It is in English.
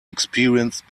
experienced